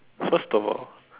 first of all